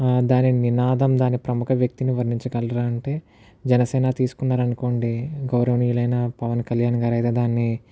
ఆ దాని నినాదం దాని ప్రముఖ వ్యక్తిని వర్ణించగలరా అంటే జనసేన తీసుకున్నారనుకోండి గౌరవనీయులైన పవన్ కళ్యాణ్ గారు అయితే దాన్ని